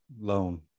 Loan